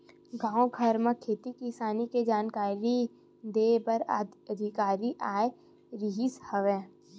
गाँव घर म खेती किसानी के जानकारी दे बर अधिकारी आए रिहिस हवय